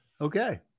Okay